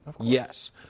Yes